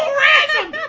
random